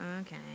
Okay